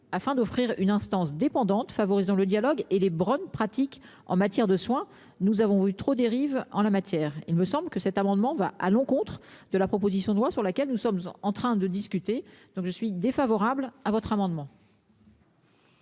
afin d'offrir une instance dépendante favorisant le dialogue et les Brawn pratiques en matière de soins, nous avons vu trop dérive en la matière. Il me semble que cet amendement va à l'encontre de la proposition de loi sur laquelle nous sommes en en train de discuter, donc je suis défavorable à votre amendement.